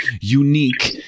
unique